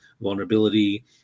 vulnerability